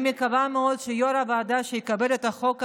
אני מקווה מאוד שיו"ר הוועדה שיקבל את החוק הזה,